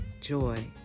joy